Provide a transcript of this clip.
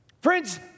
Friends